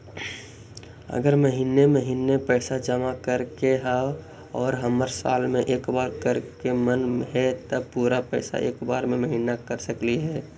अगर महिने महिने पैसा जमा करे के है और हमरा साल में एक बार करे के मन हैं तब पुरा पैसा एक बार में महिना कर सकली हे?